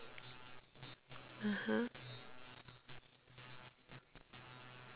(uh huh)